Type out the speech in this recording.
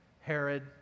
Herod